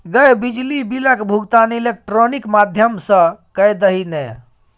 गै बिजली बिलक भुगतान इलेक्ट्रॉनिक माध्यम सँ कए दही ने